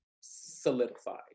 solidified